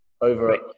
over